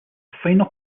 final